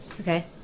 Okay